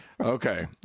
Okay